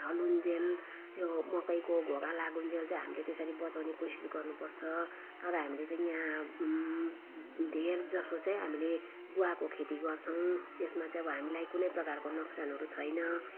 फलुन्जेल त्यो मकैको घोगा लागुन्जेल चाहिँ हामीले त्यसरी बचाउने कोसिस गर्नुपर्छ तर हामीले चाहिँ यहाँ धेरजस्तो चाहिँ हामीले गुवाको खेती गर्छौँ त्यसमा चाहिँ अब हामीलाई कुनै प्रकारको नोक्सानहरू छैन